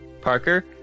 Parker